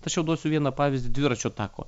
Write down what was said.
tačiau duosiu vieną pavyzdį dviračio tako